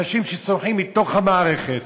אנשים שצומחים מתוך המערכת,